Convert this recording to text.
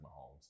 Mahomes